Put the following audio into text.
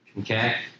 Okay